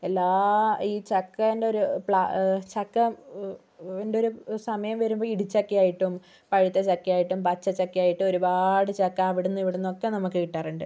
എല്ലാ ഈ ചക്കേന്റൊരു പ്ലാ ചക്ക ന്റൊരു സമയം വരുമ്പം ഇടിച്ചക്കയായിട്ടും പഴുത്ത ചക്കയായിട്ടും പച്ച ചക്കയായിട്ടും ഒരുപാട് ചക്ക അവിടുന്നും ഇവിടുന്നും ഒക്കെ നമുക്ക് കിട്ടാറുണ്ട്